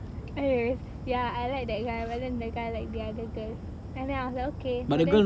eh ya I like that guy but then the guy like the other girl and then I was like okay but then